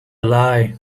lie